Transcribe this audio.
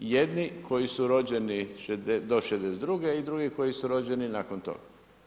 Jedni koji su rođeni do 1962. i drugi koji su rođeni nakon toga.